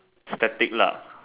static lah